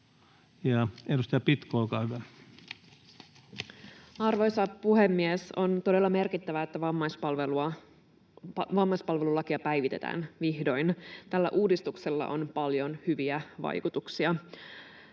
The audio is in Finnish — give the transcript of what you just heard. Time: 19:03 Content: Arvoisa puhemies! On todella merkittävää, että vammaispalvelulakia päivitetään vihdoin. Tällä uudistuksella on paljon hyviä vaikutuksia.